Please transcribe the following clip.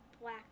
black